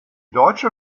deutsche